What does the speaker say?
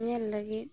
ᱧᱮᱞ ᱞᱟᱹᱜᱤᱫ